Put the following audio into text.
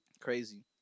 Crazy